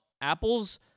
Apple's